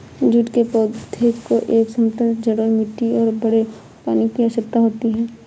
jute के पौधे को एक समतल जलोढ़ मिट्टी और खड़े पानी की आवश्यकता होती है